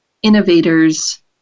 innovators